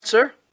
sir